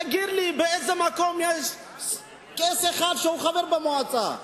תגיד לי באיזה מקום יש קייס אחד שהוא חבר במועצה.